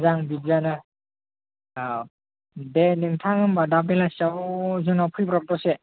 मोजां बिदियानो औ दे नोंथां होमबा दा बेलासियाव जोंनाव फैब्रब दसे